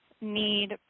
need